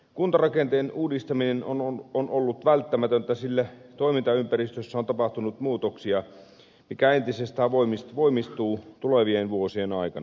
kuntarakenteen uudistaminen on ollut välttämätöntä sillä toimintaympäristössä on tapahtunut muutoksia mikä entisestään voimistuu tulevien vuosien aikana